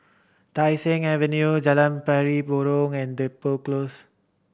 Tai Seng Avenue Jalan Pari Burong and Depot Close